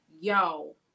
yo